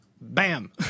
Bam